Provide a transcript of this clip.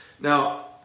Now